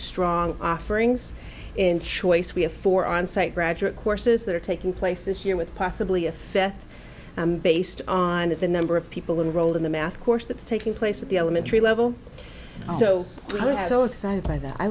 strong offerings in choice we have for on site graduate courses that are taking place this year with possibly a fifth based on that the number of people enrolled in the math course that's taking place at the elementary level so i was so excited by that i